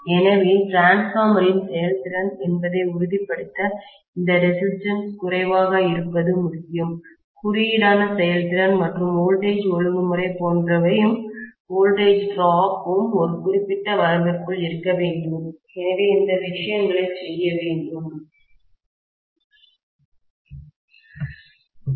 எனவே டிரான்ஸ்பார்மரின் செயல்திறன் என்பதை உறுதிப்படுத்த இந்த ரெசிஸ்டன்ஸ் குறைவாக இருப்பது முக்கியம் குறியீடான செயல்திறன் மற்றும் வோல்டேஜ் ஒழுங்குமுறை போன்றவையும் வோல்டேஜ் டிராப்பும் ஒரு குறிப்பிட்ட வரம்பிற்குள் இருக்க வேண்டும் எனவே இந்த விஷயங்களைச் செய்ய வேண்டும் மாணவர் செப்பு 3035 இருந்தால் என்ன ஆகும்